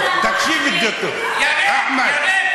תקשיב לזה טוב, אחמד.